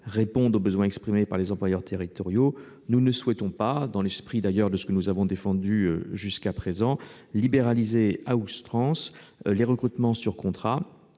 réponde aux besoins exprimés par les employeurs territoriaux, nous ne souhaitons pas, dans l'esprit d'ailleurs de ce que nous avons défendu jusqu'à présent, libéraliser à outrance les recrutements sur contrat